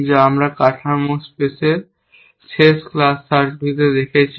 যা আমরা প্ল্যানের স্পেসে শেষ ক্লাস সার্চগুলিতে দেখেছি